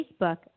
Facebook